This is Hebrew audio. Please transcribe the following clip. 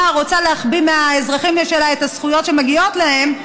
רוצה להחביא מהאזרחים שלה את הזכויות שמגיעות להם,